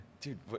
Dude